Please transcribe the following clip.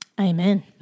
Amen